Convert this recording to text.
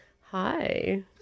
Hi